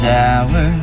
tower